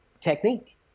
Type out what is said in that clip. Technique